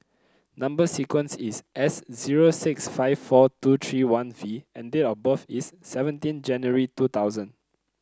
number sequence is S zero six five four two three one V and date of birth is seventeen January two thousand